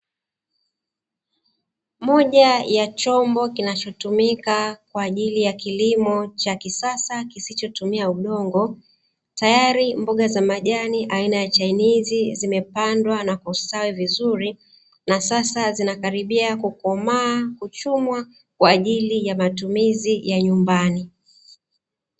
Moja ya chombo kinachotumika kwa ajili ya kilimo cha kisasa kisichotumia udongo. Tayari mboga za majani aina ya chainizi zimepandwa na kustawi vizuri na sasa zinakaribia kukomaa, kuchumwa kwa ajili ya matumizi ya nyumbani.